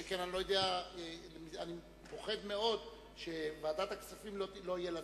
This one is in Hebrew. שכן אני פוחד מאוד שלוועדת הכספים לא יהיה זמן.